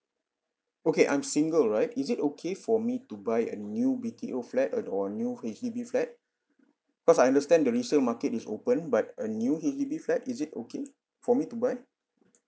okay I'm single right is it okay for me to buy a new B_T_O flat uh or new H_D_B flat cause I understand the resale market is open but a new H_D_B flat is it okay for me to buy